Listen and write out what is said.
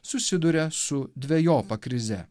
susiduria su dvejopa krize